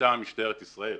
מטעם משטרת ישראל.